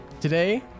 today